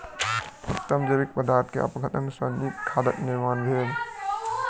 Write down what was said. उत्तम जैविक पदार्थ के अपघटन सॅ नीक खादक निर्माण भेल